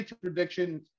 prediction